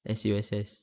S_U_S_S